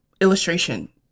illustration